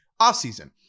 offseason